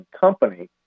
company